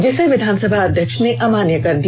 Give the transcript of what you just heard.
जिसे विधानसभा अध्यक्ष ने अमान्य कर दिया